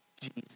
Jesus